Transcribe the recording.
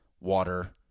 water